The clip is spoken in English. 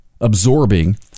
absorbing